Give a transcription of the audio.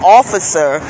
officer